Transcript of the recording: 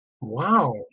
Wow